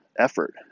effort